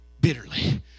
bitterly